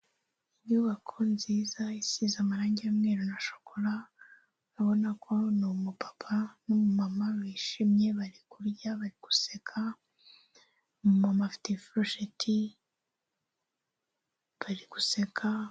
Inyubako nziza isize amarangi y'umweru na shokora, urabona ko ni umupapa n'umumama bishimye, bari kurya bari guseka, umumama afite ifurusheti, bari guseka.